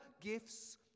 gifts